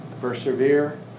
Persevere